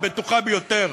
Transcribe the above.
הבטוחה ביותר,